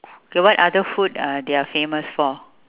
okay what other food uh they are famous for